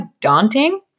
daunting